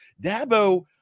Dabo